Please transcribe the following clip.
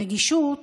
ברגישות,